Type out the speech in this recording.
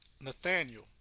Nathaniel